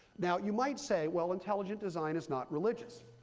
now you might say, well, intelligent design is not religious.